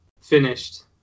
finished